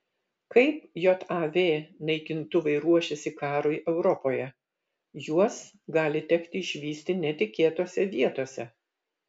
kaip jav naikintuvai ruošiasi karui europoje juos gali tekti išvysti netikėtose vietose